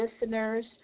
listeners